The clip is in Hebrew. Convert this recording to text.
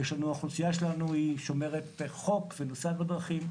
האוכלוסייה שלנו שומרת חוק ונוסעת בדרכים.